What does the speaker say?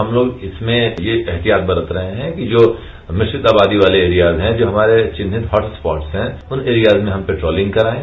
हम लोग उसमें ये एहतियात बरत रहे हैं जो मिश्रित आबादी वाले एरिया हैं जो हमारे चिन्हित हर्ट्स स्पॉट हैं उन एरियाज में हम लोग पेट्रोलिंग कराएं